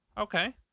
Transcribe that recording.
okay